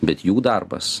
bet jų darbas